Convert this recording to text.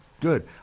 good